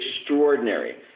extraordinary